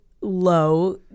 low